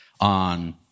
on